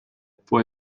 può